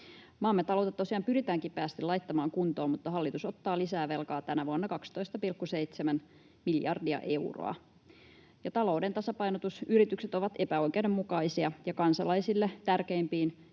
Maamme taloutta tosiaan pyritään kipeästi laittamaan kuntoon, mutta hallitus ottaa lisää velkaa tänä vuonna 12,7 miljardia euroa, ja talouden tasapainotusyritykset ovat epäoikeudenmukaisia. Kansalaisille tärkeimpiin